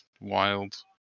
Wild